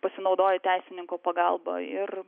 pasinaudoja teisininko pagalba ir